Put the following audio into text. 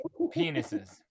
Penises